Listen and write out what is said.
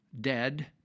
dead